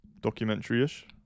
Documentary-ish